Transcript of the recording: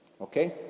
Okay